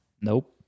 nope